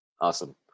Awesome